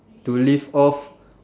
to live off